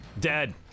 Dead